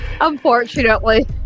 Unfortunately